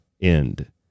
End